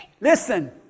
Listen